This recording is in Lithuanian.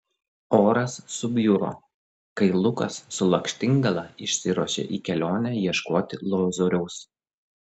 oras subjuro kai lukas su lakštingala išsiruošė į kelionę ieškoti lozoriaus